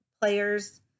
players